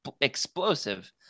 explosive